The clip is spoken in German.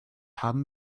haben